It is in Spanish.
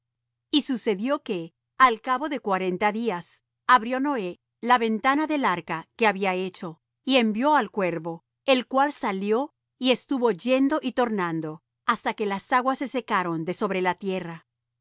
y sucedió que al cabo de cuarenta días abrió noé la ventana del arca que había hecho y envió al cuervo el cual salió y estuvo yendo y tornando hasta que las aguas se secaron de sobre la tierra